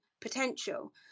potential